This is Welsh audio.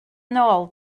nôl